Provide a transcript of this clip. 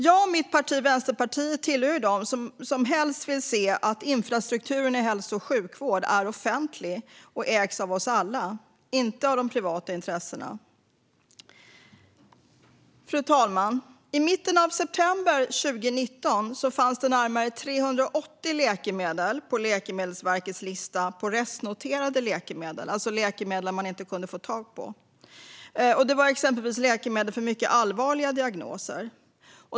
Jag och mitt parti Vänsterpartiet tillhör dem som helst vill se att infrastrukturen i hälso och sjukvård är offentlig och ägs av oss alla, inte av de privata intressena. Fru talman! I mitten av september 2019 fanns det närmare 380 läkemedel på Läkemedelsverkets lista över restnoterade läkemedel, alltså läkemedel som man inte kunde få tag på. Det var exempelvis läkemedel för mycket allvarliga diagnoser.